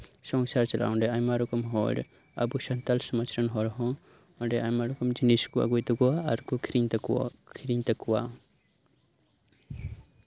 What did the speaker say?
ᱥᱚᱝᱥᱟᱨ ᱪᱟᱞᱟᱜᱼᱟ ᱚᱸᱰᱮ ᱟᱭᱢᱟ ᱨᱚᱠᱚᱢ ᱦᱚᱲ ᱟᱵᱚ ᱥᱟᱱᱛᱟᱲ ᱥᱚᱢᱟᱡᱽ ᱨᱮᱱ ᱦᱚᱲ ᱦᱚᱸ ᱚᱸᱰᱮ ᱟᱭᱢᱟ ᱨᱚᱠᱚᱢ ᱡᱤᱱᱤᱥ ᱠᱚ ᱟᱹᱜᱩᱭ ᱛᱟᱠᱚᱣᱟ ᱟᱨᱠᱚ ᱟᱹᱠᱷᱨᱤᱧ ᱛᱟᱠᱚᱣᱟ